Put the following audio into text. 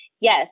yes